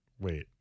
Wait